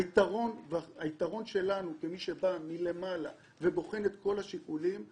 היתרון שלנו כמי שבוחן את כל השיקולים מלמעלה,